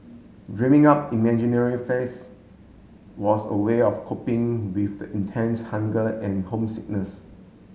dreaming up imaginary face was a way of coping with the intense hunger and homesickness